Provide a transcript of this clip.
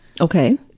Okay